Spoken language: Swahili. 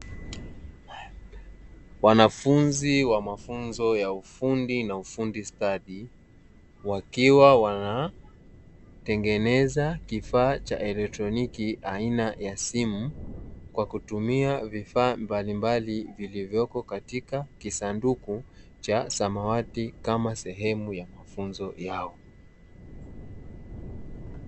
Wanafunzi wa mafunzo ya ufundi na ufundi stadi wakiwa wanatengeneza kifaa cha kielektroniki aina ya simu kwa kutumia vifaa mbalimbali vilivyopo katika kisanduku cha samawati kama sehemu ya mafunzo yao.